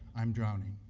i'm drowning.